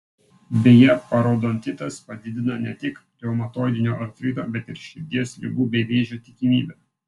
beje parodontitas padidina ne tik reumatoidinio artrito bet ir širdies ligų bei vėžio tikimybę